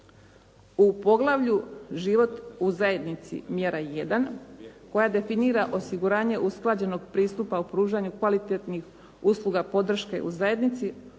U poglavlju Život u zajednici, mjera 1 koja definira osiguranje usklađenog pristupa u pružanju kvalitetnih usluga podrške u zajednici,